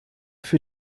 für